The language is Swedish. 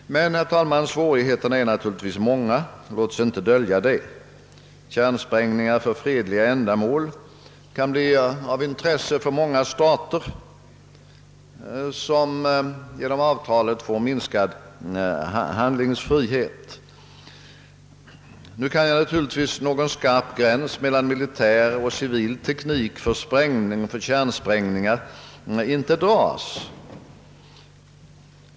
Men, herr talman, svårigheterna är naturligtvis många — låt oss inte dölja detta. Kärnsprängningar för fredliga ändamål kan bli av intresse för många stater som genom avtalet får minskad handlingsfrihet. Nu kan naturligtvis någon skarp gräns mellan militär och civil teknik för kärnsprängningar inte dras upp.